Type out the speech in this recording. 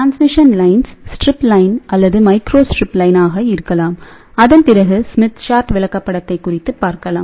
transmission கோடுகள் strip line அல்லது microstrip line ஆக இருக்கலாம் அதன் பிறகு ஸ்மித் சார்ட் விளக்கப்படத்தைப் குறித்து பார்க்கலாம்